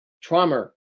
trauma